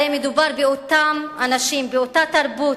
הרי מדובר באותה תרבות,